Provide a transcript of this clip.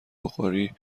بخاری